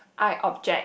I object